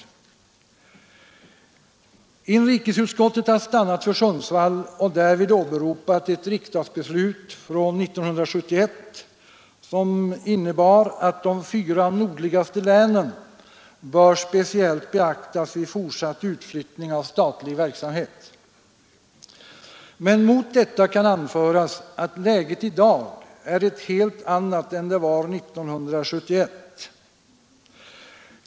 Inrikesutskottet har stannat för Sundsvall och därvid åberopat ett riksdagsbeslut från 1971, som innebär att de fyra nordligaste länen bör speciellt beaktas vid fortsatt utflyttning av statlig verksamhet. Men mot detta kan anföras att läget i dag är ett helt annat än det var 1971.